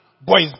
boys